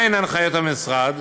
מהן הנחיות המשרד,